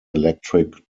electric